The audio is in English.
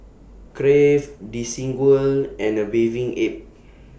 Crave Desigual and A Bathing Ape